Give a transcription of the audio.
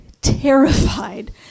terrified